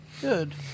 Good